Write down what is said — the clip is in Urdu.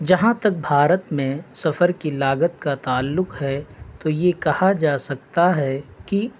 جہاں تک بھارت میں سفر کی لاگت کا تعلق ہے تو یہ کہا جا سکتا ہے کہ